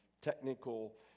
technical